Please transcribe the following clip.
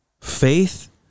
faith